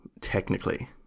technically